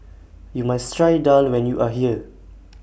YOU must Try Daal when YOU Are here